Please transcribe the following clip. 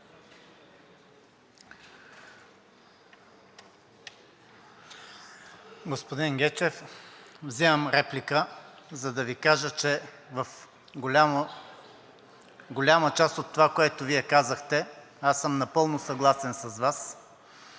Гечев, вземам реплика, за да Ви кажа, че в голяма част от това, което Вие казахте, аз съм напълно съгласен с Вас.